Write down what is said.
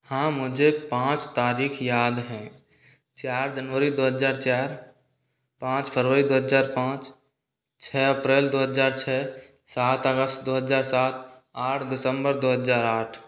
हाँ मुझे पाँच तारीख याद है चार जनवरी दो हज़ार चार पाँच फरवरी दो हज़ार पाँच छः अप्रैल दो हज़ार छः सात अगस्त दो हज़ार सात आठ दिसेम्बर दो हज़ार आठ